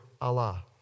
Allah